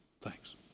Thanks